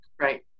Right